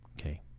Okay